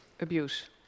abuse